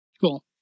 Cool